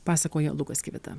pasakoja lukas kvita